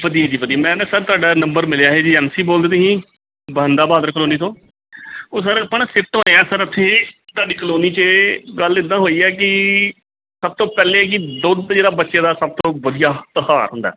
ਵਧੀਆ ਜੀ ਵਧੀਆ ਮੈਂ ਨਾ ਸਰ ਤੁਹਾਡਾ ਨੰਬਰ ਮਿਲਿਆ ਸੀ ਜੀ ਐਮ ਸੀ ਬੋਲਦੇ ਤੁਸੀਂ ਬੰਦਾ ਬਹਾਦਰ ਕਲੋਨੀ ਤੋਂ ਉਹ ਸਰ ਆਪਾਂ ਨਾ ਸ਼ਿਫਟ ਹੋਏ ਹਾਂ ਸਰ ਉੱਥੇ ਤੁਹਾਡੀ ਕਲੋਨੀ 'ਚ ਗੱਲ ਇੱਦਾਂ ਹੋਈ ਹੈ ਕਿ ਸਭ ਤੋਂ ਪਹਿਲੇ ਕਿ ਦੁੱਧ ਜਿਹੜਾ ਬੱਚੇ ਦਾ ਸਭ ਤੋਂ ਵਧੀਆ ਆਹਾਰ ਹੁੰਦਾ